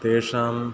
तेषाम्